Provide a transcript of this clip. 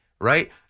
Right